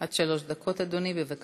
עד שלוש דקות לרשותך,